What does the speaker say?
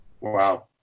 Wow